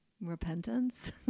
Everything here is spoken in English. repentance